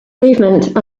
movement